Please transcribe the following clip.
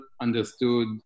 understood